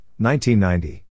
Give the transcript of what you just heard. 1990